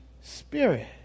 Spirit